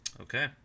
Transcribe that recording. okay